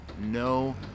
no